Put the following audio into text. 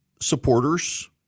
supporters